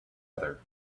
other